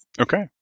Okay